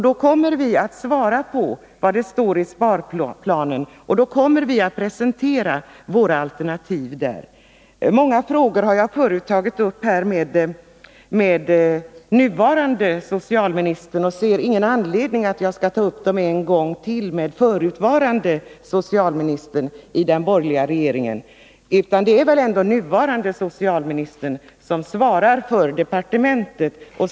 Då kommer vi att presentera vårt alternativ till sparplanen. Jag har förut tagit upp många frågor med den nuvarande socialministern, och jag finner ingen anledning att ta upp dem en gång till med den förutvarande socialministern i den borgerliga regeringen. Det är väl ändå den nuvarande socialministern som svarar för departementet.